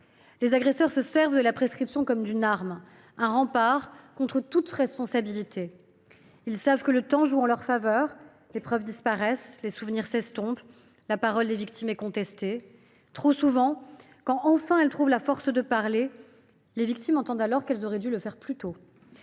Les agresseurs se servent de la prescription comme d’une arme, un rempart contre toute responsabilité. Ils savent que le temps joue en leur faveur : les preuves disparaissent, les souvenirs s’estompent, la parole des victimes est contestée. Trop souvent, quand, enfin, elles trouvent la force de parler, celles ci entendent qu’elles auraient dû le faire plus tôt.